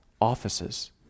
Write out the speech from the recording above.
offices